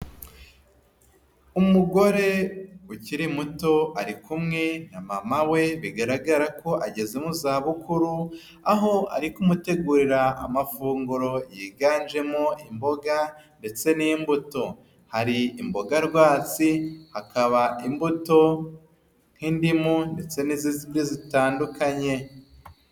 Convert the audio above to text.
Umugore ukiri muto ari kumwe na mama we bigaragara ko ageze mu za bukuru, aho ari kumutegurira amafunguro yiganjemo imboga ndetse n'imbuto, hari imboga rwatsi hakaba imbuto nk'indimu ndetse n'izindi zitandukanye.